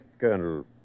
colonel